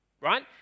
right